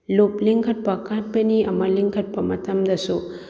ꯂꯨꯞ ꯂꯤꯡꯈꯠꯄ ꯀꯝꯄꯦꯅꯤ ꯑꯃ ꯂꯤꯡꯈꯠꯄ ꯃꯇꯝꯗꯁꯨ